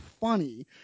funny